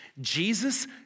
Jesus